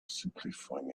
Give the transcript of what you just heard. simplifying